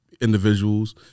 individuals